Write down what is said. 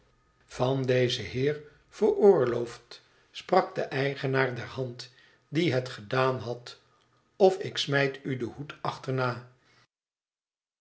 van dezen heer veroorlooft sprak de eigenaar der hand die het gedaan had tof ik smijt u den hoed achterna